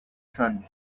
sun